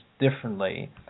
differently